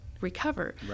recover